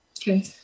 Okay